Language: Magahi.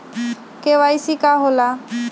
के.वाई.सी का होला?